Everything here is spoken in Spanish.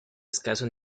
escaso